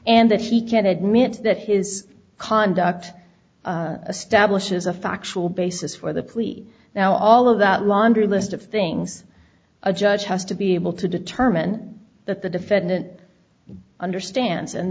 and that he can admit that his conduct stablish is a factual basis for the plea now all of that laundry list of things a judge has to be able to determine that the defendant understands and